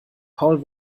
paul